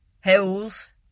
hills